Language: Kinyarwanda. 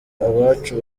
abacu